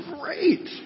great